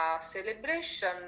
celebration